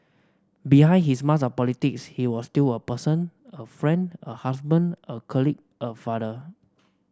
behind his mask of politics he was still a person a friend a husband a colleague a father